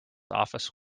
office